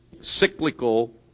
cyclical